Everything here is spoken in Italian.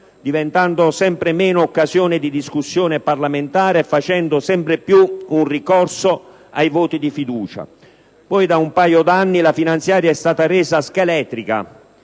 diventando sempre meno occasione di discussione parlamentare e facendo sempre più un ricorso ai voti di fiducia. Poi da un paio di anni la finanziaria è stata resa scheletrica